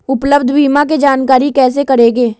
उपलब्ध बीमा के जानकारी कैसे करेगे?